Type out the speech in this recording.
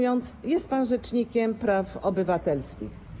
Jest pan rzecznikiem praw obywatelskich.